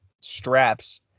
straps